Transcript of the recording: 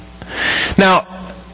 Now